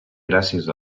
gràcies